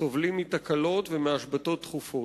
סובלים מתקלות ומהשבתות תכופות,